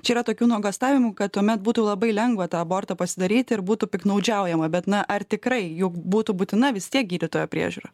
čia yra tokių nuogąstavimų kad tuomet būtų labai lengva tą abortą pasidaryti ir būtų piktnaudžiaujama bet na ar tikrai juk būtų būtina vis tiek gydytojo priežiūra